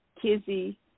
Kizzy